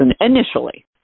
initially